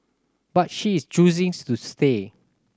but she is choosing to stay